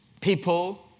people